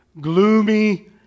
gloomy